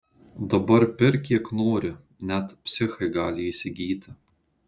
dabar pirk kiek nori net psichai gali įsigyti